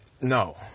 no